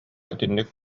итинник